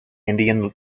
indian